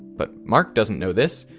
but mark doesn't know this.